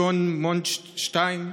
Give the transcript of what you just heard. שון מונדשיין,